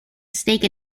stake